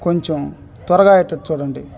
కొంచెం త్వరగా అయ్యేటట్టు చూడండి